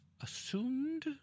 assumed